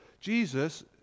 Jesus